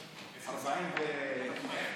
בבקשה.